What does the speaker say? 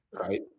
Right